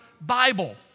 Bible